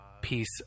piece